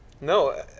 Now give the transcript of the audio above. No